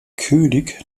könig